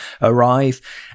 arrive